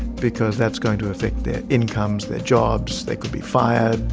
because that's going to affect their incomes, their jobs, they could be fired,